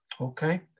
Okay